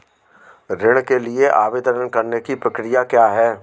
ऋण के लिए आवेदन करने की प्रक्रिया क्या है?